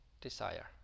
desire